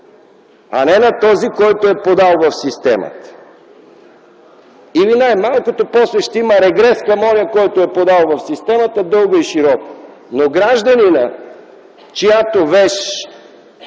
а не на този, който е подал в системата. Или, най-малкото, после ще има регрес към онзи, който е подал в системата - дълга и широка. Но гражданинът, ползването